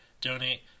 donate